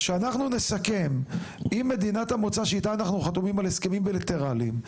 שאנחנו נסכם עם מדינת המוצא שאיתה אנחנו חתומים על הסכמים בילטרליים,